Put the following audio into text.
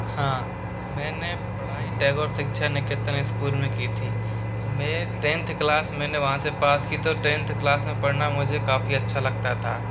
हाँ मैंने पढ़ाई टैगोर शिक्षा निकेतन स्कूल में की थी मैं टेंथ क्लास मैंने वहाँ से पास की तो टेंथ क्लास में पढ़ना मुझे काफ़ी अच्छा लगता था